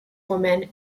women